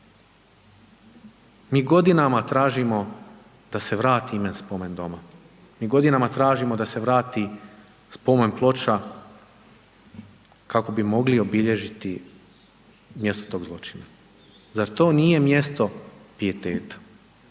Mi godinama tražimo da se vrati ime spomen doma, mi godinama tražimo da se vrati spomen ploča kako bi mogli obilježiti mjesto tog zločina. Zar to nije mjesto pijeteta?